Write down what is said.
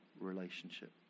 relationship